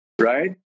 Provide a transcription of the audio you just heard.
Right